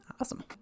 Awesome